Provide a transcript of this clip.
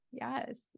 Yes